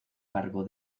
cargo